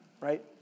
right